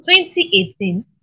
2018